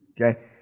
Okay